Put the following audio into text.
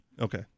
Okay